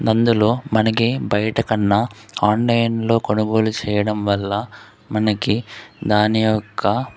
అందులో మనకి బయట కన్నా ఆన్లైన్లో కొనుగోలు చేయడం వల్ల మనకి దాని యొక్క